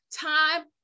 Time